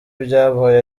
ibyabaye